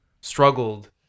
struggled